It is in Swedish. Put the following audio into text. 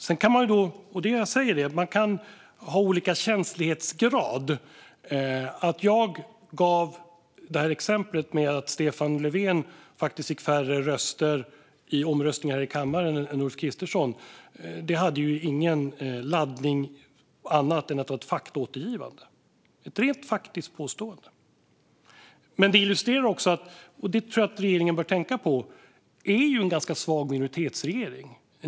Man kan ha olika känslighetsgrad. Att jag gav exemplet med att Stefan Löfven faktiskt fick färre röster i omröstningen här i kammaren än Ulf Kristersson hade ingen laddning utan var bara ett faktaåtergivande. Det var ett rent faktiskt påstående. Jag tror att regeringen bör tänka på att den är en ganska svag minoritetsregering.